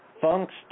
Funks